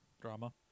Drama